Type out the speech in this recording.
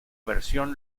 versión